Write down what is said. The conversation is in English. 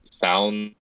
found